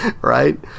Right